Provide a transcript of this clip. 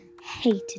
hated